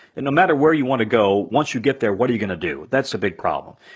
no matter where you want to go, once you get there, what are you gonna do? that's a big problem.